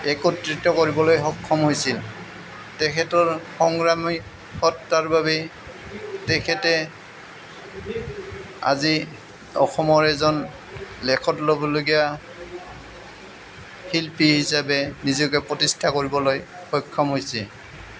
একত্ৰিত কৰিবলৈ সক্ষম হৈছিল তেখেতৰ সংগ্ৰামী সত্বাৰ বাবে তেখেতে আজি অসমৰ এজন লেখত ল'বলগীয়া শিল্পী হিচাপে নিজকে প্ৰতিষ্ঠা কৰিবলৈ সক্ষম হৈছে